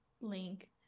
link